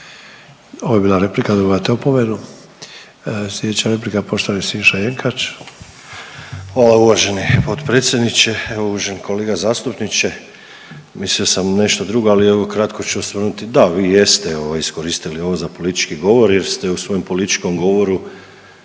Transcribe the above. Ovo je bila replika, dobivate opomenu. Slijedeća replika poštovani Siniša Jenkač. **Jenkač, Siniša (HDZ)** Hvala uvaženi potpredsjedniče. Uvaženi kolega zastupniče. Mislio sam nešto drugo, ali evo kratko ću osvrnuti, da vi jeste iskoristili ovo za politički govor jer ste u svojem političkom govoru